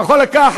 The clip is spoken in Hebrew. אתה יכול לקחת,